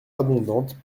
abondante